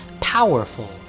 powerful